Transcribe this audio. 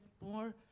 more